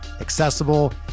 accessible